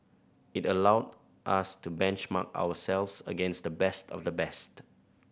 it allowed us to benchmark ourselves against the best of the best